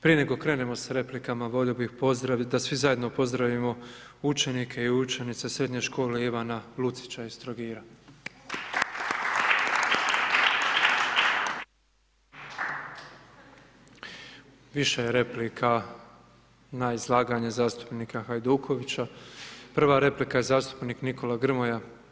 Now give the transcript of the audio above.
Prije nego krenemo s replikama volio bih pozdraviti, da svi zajedno pozdravimo učenike i učenice Srednje škole „Ivana Luciča“ iz Trogira. Više je replika na izlaganje zastupnika Hajdukovića, prva replika je zastupnik Nikola Grmoja.